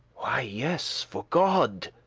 why, yes, for god,